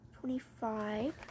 twenty-five